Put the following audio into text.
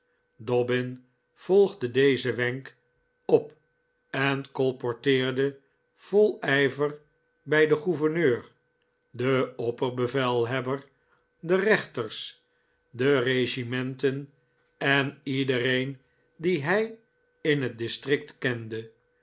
dobbin volgde dezen wenk op en colporteerde vol ijver bij den gouverneur den opperbevelhebber de rechters de regimenten en iedereen die hij in het district kende